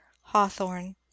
hawthorne